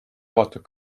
avatud